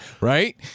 right